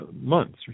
Months